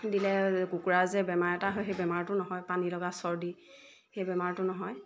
দিলে কুকুৰা যে বেমাৰ এটা হয় সেই বেমাৰটো নহয় পানী লগা চৰ্দি সেই বেমাৰটো নহয়